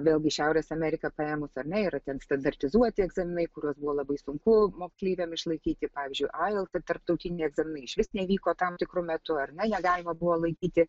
vėlgi šiaurės amerika paėmus ar ne yra ten standartizuoti egzaminai kuriuos buvo labai sunku moksleiviam išlaikyti pavyzdžiui ail tarptautiniai egzaminai išvis nevyko tam tikru metu ar na ją galima buvo laikyti